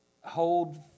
hold